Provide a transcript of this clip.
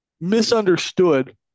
misunderstood